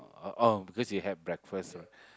oh oh because you have breakfast